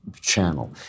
channel